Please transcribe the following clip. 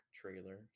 trailer